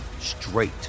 straight